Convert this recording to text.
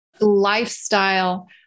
lifestyle